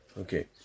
okay